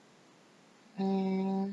mm